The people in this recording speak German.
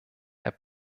herr